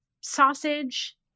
sausage